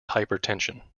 hypertension